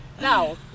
Now